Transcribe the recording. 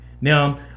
now